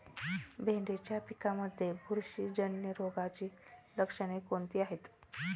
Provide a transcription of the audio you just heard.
भेंडीच्या पिकांमध्ये बुरशीजन्य रोगाची लक्षणे कोणती आहेत?